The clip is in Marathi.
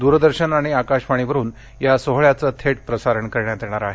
दूरदर्शन आणि आकाशवाणीवरुन या सोहोळ्याचं थेट प्रसारण करण्यात येणार आहे